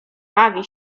bawi